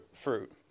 fruit